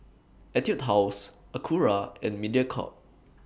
Etude House Acura and Mediacorp